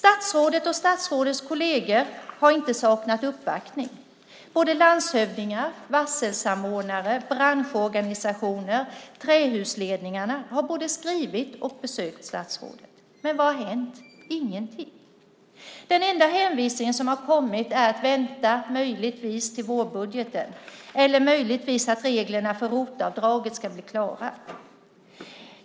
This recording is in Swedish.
Statsrådet och statsrådets kolleger har inte saknat uppvaktning. Landshövdingar, varselsamordnare, branschorganisationer och trähusledningar har både skrivit till och besökt statsrådet. Men vad har hänt? Ingenting! Den enda hänvisning som har kommit är att vänta möjligtvis till vårbudgeten eller till att reglerna för ROT-avdraget ska bli klara.